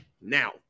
now